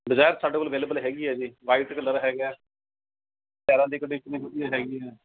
desire ਸਾਡੇ ਕੋਲ available ਹੈਗੀ ਹੈ ਜੀ ਵਾਈਟ ਕਲਰ ਹੈਗਾ ਟਾਇਰਾਂ ਦੀ ਕੰਡੀਸ਼ਨ ਵੀ ਵਧੀਆ ਹੈਗੀ ਹੈ